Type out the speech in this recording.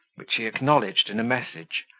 which he acknowledged in a message,